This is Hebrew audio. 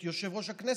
את יושב-ראש הכנסת,